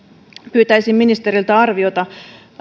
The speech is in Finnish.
pyytäisin ministeriltä arviota